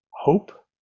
hope